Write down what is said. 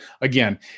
again